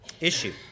issue